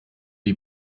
die